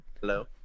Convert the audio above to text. Hello